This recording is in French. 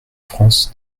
france